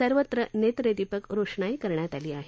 सर्वत्र नेत्रदीपक रोषणाई करण्यात आली आहे